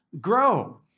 grow